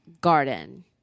garden